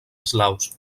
eslaus